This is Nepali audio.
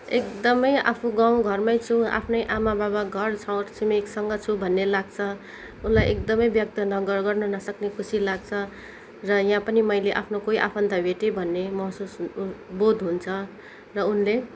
एकदमै आफू गाउँघरमै छु आफ्नै आमा बाबा घर छरछिमेकसँग छु भन्ने लाग्छ उसलाई एकदमै व्यक्त गर गर्न नसक्ने खुसी लाग्छ र यहाँ पनि मैले आफ्नो कोही आफन्त भेटेँ भन्ने महसुस बोध हुन्छ र उनले